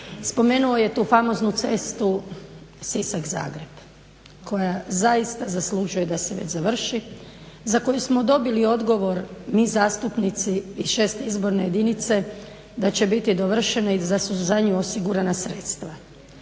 Spomenuo je tu famoznu cestu Sisak-Zagreb koja zaista zaslužuje da se završi, za koju smo dobili odgovor mi zastupnici iz 6. izborne jedinice da će biti dovršena i da su za nju osigurana sredstva.